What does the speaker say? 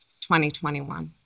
2021